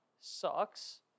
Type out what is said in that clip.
sucks